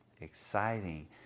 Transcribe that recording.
exciting